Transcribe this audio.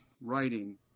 writing